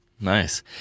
nice